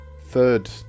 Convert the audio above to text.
third